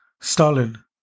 Stalin